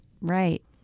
Right